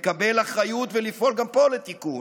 לקבל אחריות ולפעול גם פה לתיקון.